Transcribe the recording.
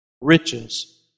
riches